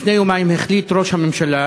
לפני יומיים החליט ראש הממשלה,